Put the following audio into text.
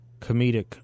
comedic